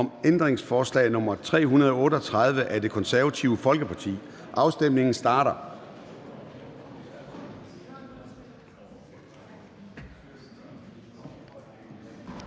ændringsforslag nr. 338 af Det Konservative Folkeparti. Afstemningen starter.